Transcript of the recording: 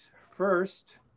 first